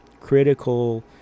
critical